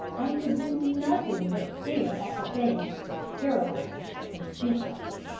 i could do nothing but stare at the thing paralysed and speechless.